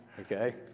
okay